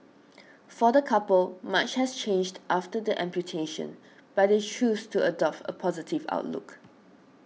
for the couple much has changed after the amputation but they choose to adopt a positive outlook